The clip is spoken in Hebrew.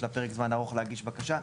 יש לה פרק זמן ארוך להגיש בקשה.